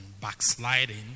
backsliding